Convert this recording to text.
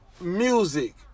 music